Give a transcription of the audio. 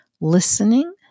listening